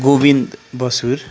Govind बसुर